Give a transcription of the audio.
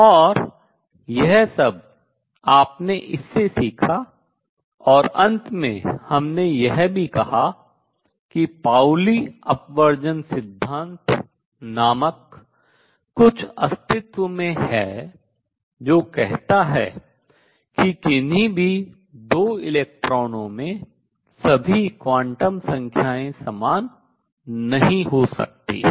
और यह सब आपने इसमें सीखा और अंत में हमने यह भी कहा कि पाउली अपवर्जन सिद्धांत नामक कुछ अस्तित्व में है जो कहता है कि किन्ही भी दो इलेक्ट्रॉनों में सभी क्वांटम संख्याएँ समान नहीं हो सकती हैं